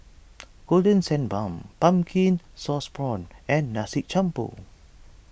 Golden Sand Bun Pumpkin Sauce Prawns and Nasi Campur